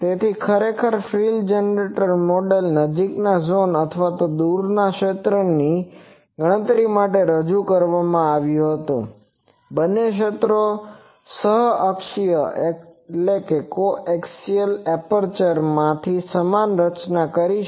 ખરેખર ફ્રિલ generator model નજીકના ઝોન અથવા દૂરના ક્ષેત્રની ગણતરી માટે રજૂ કરવામાં આવ્યું હતું બંને ક્ષેત્રો સહ અક્ષીય એપર્ચરમાંથી સમાન રચના દ્વારા કરી શકાય છે